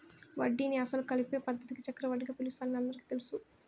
వడ్డీని అసలు కలిపే పద్ధతిని చక్రవడ్డీగా పిలుస్తారని అందరికీ తెలుసును